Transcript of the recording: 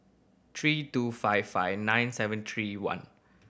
three two five five nine seven three one